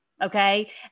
Okay